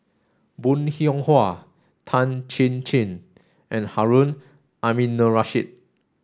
bong Hiong Hwa Tan Chin Chin and Harun Aminurrashid